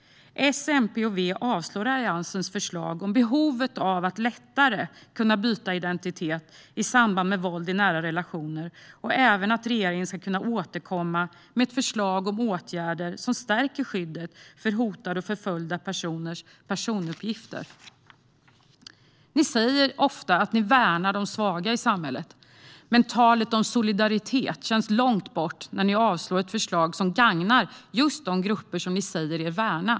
S, MP och V avslår Alliansens förslag om behovet av att lättare kunna byta identitet i samband med våld i nära relationer och även förslaget om att regeringen ska återkomma med ett förslag om åtgärder som stärker skyddet för hotade och förföljda personers personuppgifter. Ni säger ofta och gärna att ni värnar de svaga i samhället. Men talet om solidaritet känns långt borta när ni avslår ett förslag som gagnar just de grupper ni säger er värna.